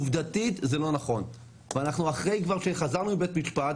עובדתית זה לא נכון ואנחנו אחרי כבר שחזרנו מבית המשפט